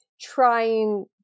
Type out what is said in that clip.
trying